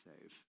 save